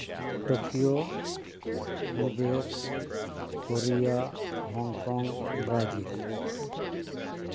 Tokyo Kuwait Korea hong Brazil